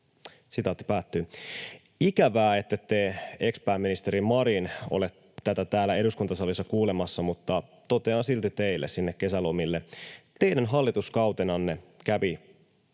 kalliiksi.” Ikävää, ettette, ex-pääministeri Marin, ole tätä täällä eduskuntasalissa kuulemassa, mutta totean silti teille sinne kesälomille: Teidän hallituskautenanne kävi